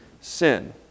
sin